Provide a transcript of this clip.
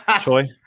Choi